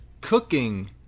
cooking